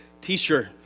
t-shirt